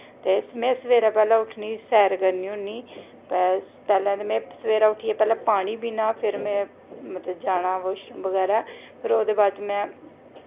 ते में सवेरै पैह्लैं उट्ठनी सैर करनी होन्नी पैह्लैं ते सवेरैं उट्ठियै पानी पीना जाना मतल बाशरूम बगैरा ओह्दे बाद च में